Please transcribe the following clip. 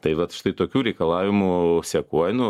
tai vat štai tokių reikalavimų sekoj nu